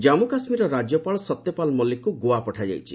ଜାମ୍ମୁ କାଶ୍ମୀରର ରାଜ୍ୟପାଳ ସତ୍ୟପାଲ ମଲ୍ଲିକଙ୍କୁ ଗୋଆ ପଠାଯାଇଛି